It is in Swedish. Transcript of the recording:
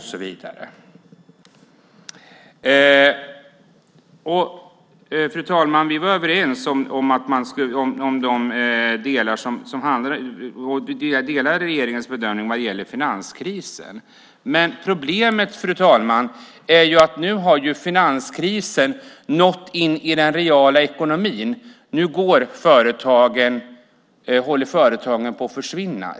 Fru talman! Vi var överens och delade regeringens bedömning vad gäller finanskrisen. Men problemet är att nu har finanskrisen nått in i den reala ekonomin, nu håller företagen på att försvinna.